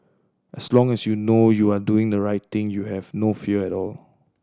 as long as you know you are doing the right thing you have no fear at all